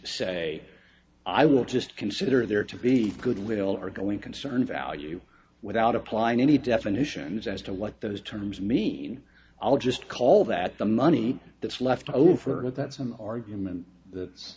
to say i will just consider there to be goodwill are going concern value without applying any definitions as to what those terms mean i'll just call that the money that's left over but that's an argument that it's